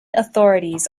authorities